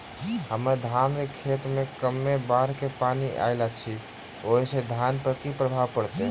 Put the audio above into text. हम्मर धानक खेत मे कमे बाढ़ केँ पानि आइल अछि, ओय सँ धान पर की प्रभाव पड़तै?